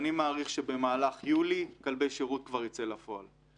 אני מעריך שבמהלך יולי כלבי שירות כבר ייצא לפועל.